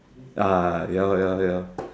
uh ya lor ya lor ya lor